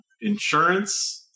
Insurance